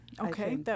Okay